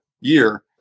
year